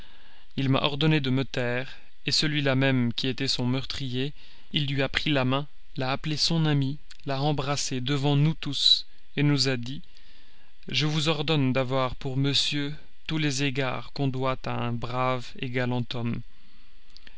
il m'a ordonné de me taire celui-là même qui était son meurtrier il lui a pris la main l'a appelé son ami l'a embrassé devant nous tous nous a dit je vous ordonne d'avoir pour monsieur tous les égards qu'on doit à un brave galant homme